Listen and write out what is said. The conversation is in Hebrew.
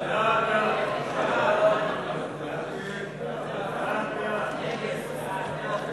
חוק הרבנות הראשית לישראל (תיקון, הצגת מועמדות